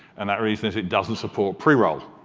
and that reason is it doesn't support pre-roll.